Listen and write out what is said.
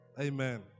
Amen